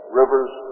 rivers